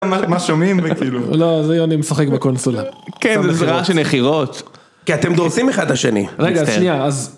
מה שומעים וכאילו לא זה יוני משחק בקונסולה. כן זה רעש של נחירות. כי אתם דורסים אחד את השני. רגע שנייה אז